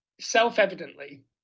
self-evidently